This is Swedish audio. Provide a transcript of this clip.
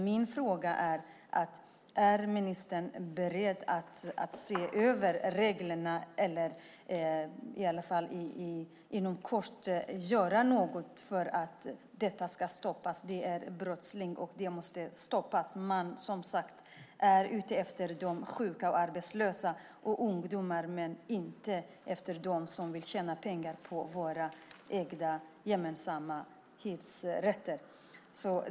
Min fråga är: Är ministern beredd att se över reglerna eller i alla fall inom kort göra något för att detta ska stoppas? Detta är brottsligt och måste stoppas. Som sagt är man ute efter sjuka, arbetslösa och ungdomar men inte efter de som vill tjäna pengar på våra gemensamt ägda hyresrätter.